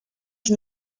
qui